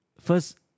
first